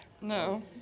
No